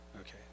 Okay